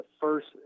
first